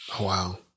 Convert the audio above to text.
Wow